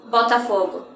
Botafogo